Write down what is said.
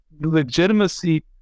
legitimacy